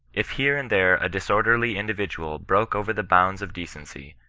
if here and there a disorderly individual broke over the boimds of decency,